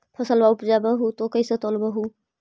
फसलबा उपजाऊ हू तो कैसे तौउलब हो?